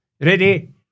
Ready